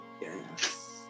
Yes